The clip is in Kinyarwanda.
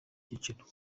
cyiciro